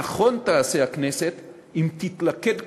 נכון תעשה הכנסת אם תתלכד כולה,